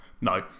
No